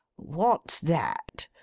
what's that?